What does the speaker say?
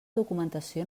documentació